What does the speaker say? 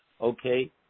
okay